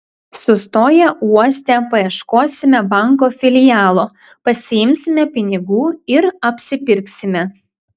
sustoję uoste paieškosime banko filialo pasiimsime pinigų ir apsipirksime